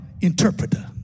interpreter